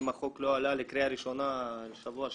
אם החוק לא עלה לקריאה ראשונה בשבוע שעבר,